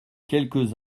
quelques